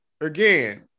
Again